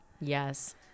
Yes